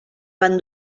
van